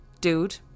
Dude